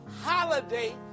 holiday